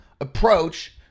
approach